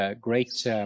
great